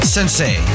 Sensei